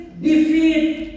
defeat